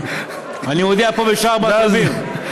אני מודיע פה בשער בת רבים,